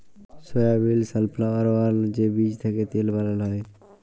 সয়াবিল, safflower গুলার যে বীজ থ্যাকে তেল বালাল হ্যয়